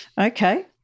Okay